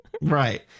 Right